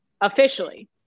officially